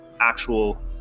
actual